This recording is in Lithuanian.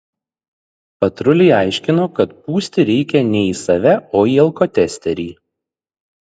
patruliai aiškino kad pūsti reikia ne į save o į alkotesterį